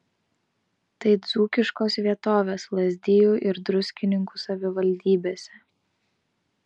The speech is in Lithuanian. tai dzūkiškos vietovės lazdijų ir druskininkų savivaldybėse